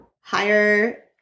higher